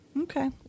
Okay